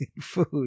food